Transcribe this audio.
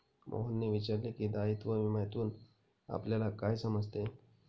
मोहनने विचारले की, दायित्व विम्यातून आपल्याला काय समजते?